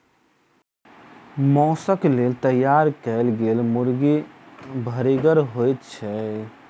मौसक लेल तैयार कयल गेल मुर्गी भरिगर होइत छै